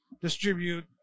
distribute